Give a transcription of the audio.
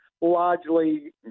largely